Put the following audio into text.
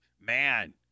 Man